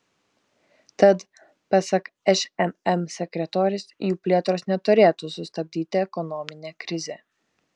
tad pasak šmm sekretorės jų plėtros neturėtų sustabdyti ekonominė krizė